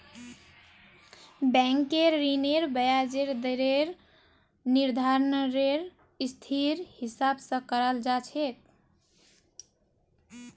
बैंकेर ऋनेर ब्याजेर दरेर निर्धानरेर स्थितिर हिसाब स कराल जा छेक